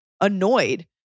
annoyed